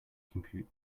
compute